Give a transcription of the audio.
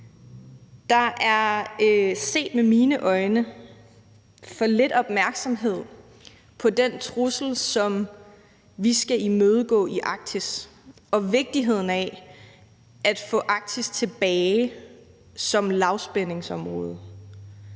Arktis. Set med mine øjne er der for lidt opmærksomhed på den trussel, som vi skal imødegå i Arktis, og vigtigheden af at få Arktis tilbage som lavspændingsområde.